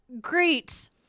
great